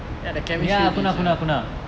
ya the chemistry teacher